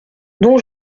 dont